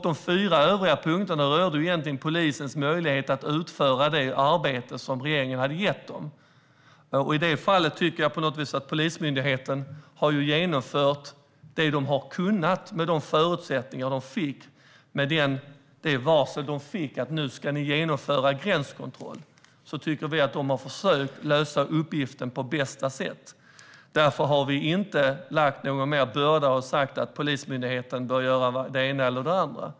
De fyra övriga punkterna rörde polisens möjligheter utföra det arbete som regeringen hade gett dem. I detta fall tycker jag att Polismyndigheten har genomfört vad de har kunnat med de förutsättningar och det varsel de fick när det gäller att genomföra gränskontroller. Vi tycker att de har försökt lösa uppgiften på bästa sätt, och därför har vi inte lagt någon mer börda på dem genom att säga att Polismyndigheten bör göra det ena eller det andra.